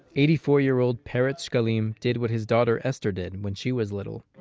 eighty-four-year-old peretz shekalim did what his daughter esther did when she was little